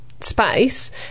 Space